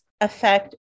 affect